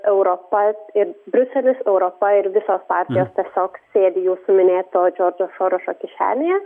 europa ir briuselis europa ir visos partijos tiesiog sėdi jau suminėto džordžo sorošo kišenėje